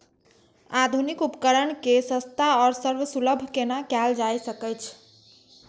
आधुनिक उपकण के सस्ता आर सर्वसुलभ केना कैयल जाए सकेछ?